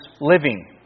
living